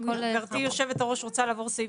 גברתי יושבת הראש רוצה לעבור סעיף-סעיף,